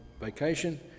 vacation